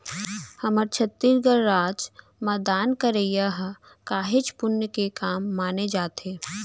हमर छत्तीसगढ़ राज म दान करई ह काहेच पुन्य के काम माने जाथे